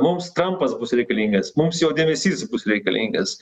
mums trampas bus reikalingas mums jo dėmesys bus reikalingas